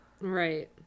Right